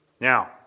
Now